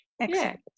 Excellent